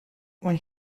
when